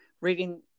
reading